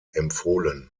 empfohlen